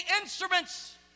instruments